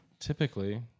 typically